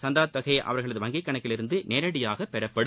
சந்தா தொகை அவர்களது வங்கிகணக்கிலிருந்து நேரடியாக பெறப்படும்